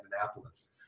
Annapolis